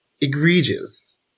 egregious